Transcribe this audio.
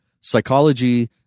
psychology